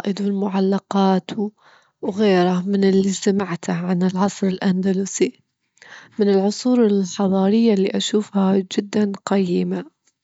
التقافات اللغات المختلفة، لكن الحيوانات بعد شي مميز يعني.